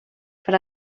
per